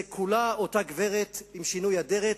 זה כולה אותה גברת בשינוי אדרת,